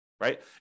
right